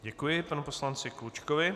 Děkuji panu poslanci Klučkovi.